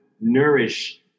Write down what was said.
nourish